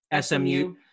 SMU